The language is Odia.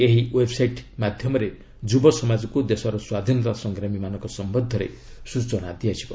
ଏହି ଓ୍ୱେବ୍ସାଇଟ୍ ମାଧ୍ୟମରେ ଯୁବସମାଜକୁ ଦେଶର ସ୍ୱାଧୀନତା ସଂଗ୍ରାମୀମାନଙ୍କ ସମ୍ପନ୍ଧରେ ସୂଚନା ଦିଆଯିବ